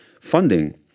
funding